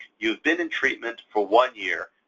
you've been in treatment for one year.